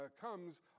comes